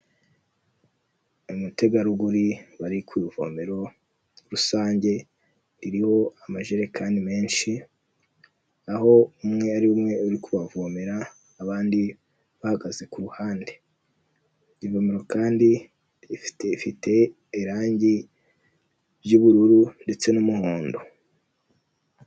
Umutegarugori bari ku ivomero rusange ririho amajerekani menshi, aho umwe ari umwe uri kubavomera abandi bahagaze ku ruhande, ivomero kandi rifite irangi ry'ubururu ndetse n'umuhondo.